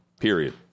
period